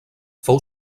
fou